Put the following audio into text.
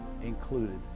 included